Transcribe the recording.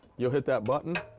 you'll hit that button,